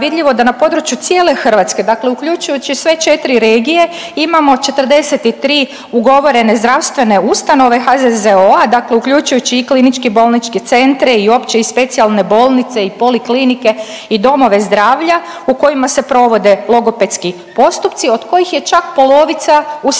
vidljivo da na području cijele Hrvatske dakle, uključujući sve 4 regije imamo 43 ugovorene zdravstvene ustanove HZZO-a dakle, uključujući i KBC-e i opće i specijalne bolnice i poliklinike i domove zdravlja u kojima se provode logopedski postupci od kojih je čak polovica u